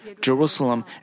Jerusalem